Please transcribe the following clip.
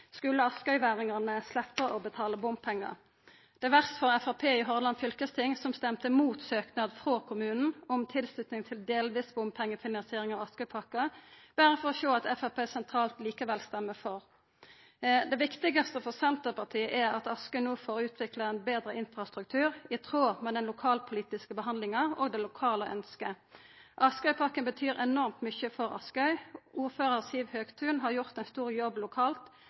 skulle Askøyværingane sleppa å betala bompengar. Det er verst for Framstegspartiet i Hordaland fylkesting, som stemte imot søknad frå kommunen om tilslutning til delvis bompengefinansiering av Askøypakken, berre for å sjå at Framstegspartiet sentralt likevel stemmer for. Det viktigaste for Senterpartiet er at Askøy no får utvikla ein betre infrastruktur i tråd med den lokalpolitiske behandlinga og det lokale ønsket. Askøypakken betyr enormt mykje for Askøy. Ordførar Siv Høgtun har gjort ein stor jobb lokalt